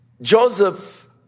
Joseph